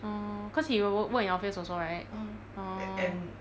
oo cause he will work work in office also right orh